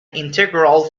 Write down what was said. integral